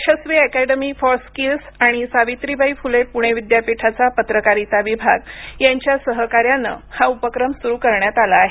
Yashasvi academy for skills आणि सावित्रीबाई फुले पूणे विद्यापीठाचा पत्रकारिता विभाग यांच्या सहकार्यानं हा उपक्रम सुरु करण्यात आला आहे